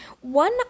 one